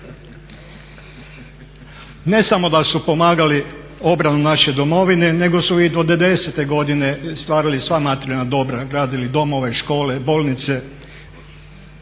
Ne samo da su pomagali obranu naše domovine nego su i do '90-te godine stvarali sva materijalna dobra, gradili domove i škole, bolnice.